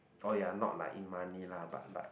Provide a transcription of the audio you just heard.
oh ya not like in money lah but like